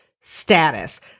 status